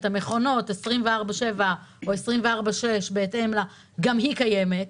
את המכונות 24/7 או 24/6 גם היא קיימת.